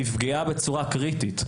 נפגעה בצורה קריטית.